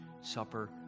supper